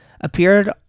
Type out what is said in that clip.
appeared